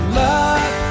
love